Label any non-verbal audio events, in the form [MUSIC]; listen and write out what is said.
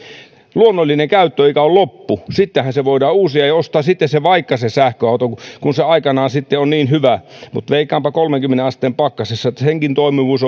luonnollinen käyttöikä on loppu sittenhän se voidaan uusia ja ostaa sitten vaikka se sähköauto kun se aikanaan sitten on niin hyvä mutta veikkaanpa että kolmeenkymmeneen asteen pakkasessa senkin toimivuus [UNINTELLIGIBLE]